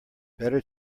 better